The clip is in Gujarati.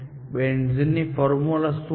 બેન્ઝિનની ફોર્મ્યુલા શું છે